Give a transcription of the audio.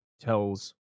tells